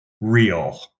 real